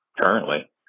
currently